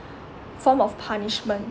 form of punishment